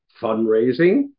fundraising